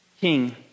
King